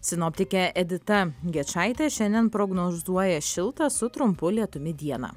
sinoptikė edita gečaitė šiandien prognozuoja šiltą su trumpu lietumi dieną